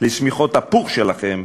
שמיכות הפוך שלכם,